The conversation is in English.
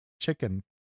Chicken